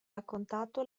raccontato